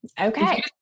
Okay